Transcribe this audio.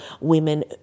women